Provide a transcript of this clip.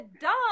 dumb